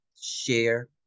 share